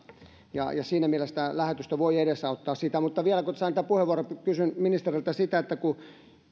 siinä mielessä tämä lähetystö voi edesauttaa sitä mutta kun sain tämän puheenvuoron kysyn ministeriltä vielä että kun